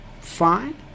fine